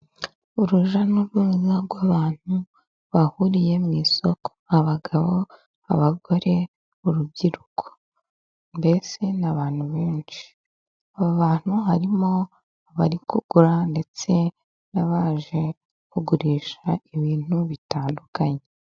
Urujya n'uruza rw'abantu bahuriye mu isoko abagabo, abagore, urubyiruko, mbese n'abantu benshi, aba bantu harimo abari kugura ndetse n'abaje kugurisha, ibintu bitandukanye.